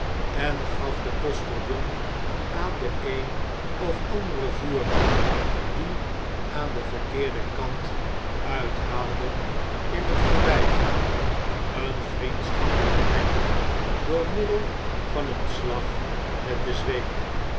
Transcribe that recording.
en gaf de postiljon aan den een of anderen voerman die aan den verkeerden kant uithaalde in het voorbijgaan een vriendschappelijken wenk door middel van een slag met de zweep